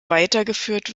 weitergeführt